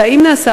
אם נעשה,